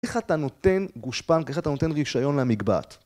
איך אתה נותן גושפקה, איך אתה נותן רישיון למגבעת?